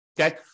Okay